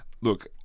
look